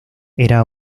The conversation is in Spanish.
era